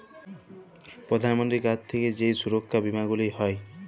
প্রধাল মন্ত্রীর কাছ থাক্যে যেই সুরক্ষা বীমা গুলা হ্যয়